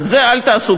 את זה אל תעשו,